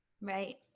Right